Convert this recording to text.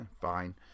Fine